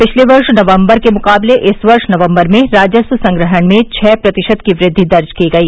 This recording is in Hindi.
पिछले वर्ष नवंबर के मुकाबले इस वर्ष नवंबर में राजस्व संग्रहण में छ प्रतिशत की वृद्धि दर्ज की गई